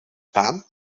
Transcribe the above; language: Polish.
pan